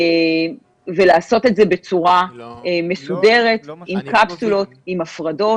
ולעשות את זה בצורה מסודרת עם קפסולות ועם הפרדות.